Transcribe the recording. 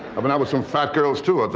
i've been out with some fat girls too.